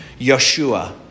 Yeshua